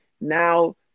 now